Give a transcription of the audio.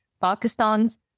Pakistan's